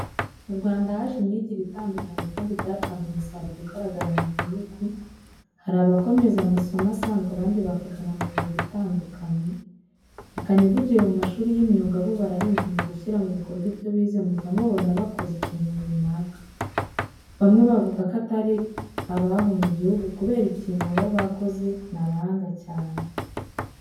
Mu Rwanda haje imyigire itandukanye kandi byatanze umusaruro ugaragara mu gihugu, harabokomeza amasomo asanze abandi bakagana mu myuga itandukanye, reka nivugire ku mashuri y'imyuga bo bararenze m ugushyira mu bikorwa ibyo bize mujya mubabona bakoze ikintu runaka, bamwe bavuga ko atari abaho mu gihugu kubere ikintu baba bakoze n'abahanga cyane.